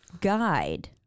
guide